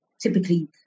typically